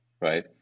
right